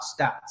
stats